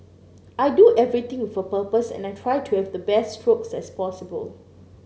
I do everything with a purpose and I try to have the best strokes as possible